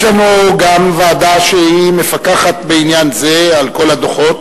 יש לנו גם ועדה שמפקחת בעניין זה על כל הדוחות,